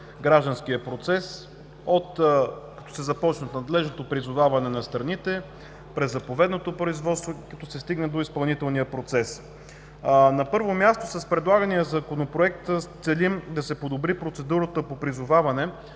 гражданския процес, като се започне от надлежното призоваване на страните, през заповедното производство и се стигне до изпълнителния процес. На първо място, с предлагания Законопроект целим да се подобри процедурата по призоваване,